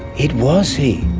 it was he.